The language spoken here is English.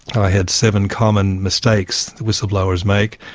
i had seven common mistakes whistleblowers make,